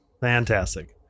fantastic